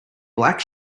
black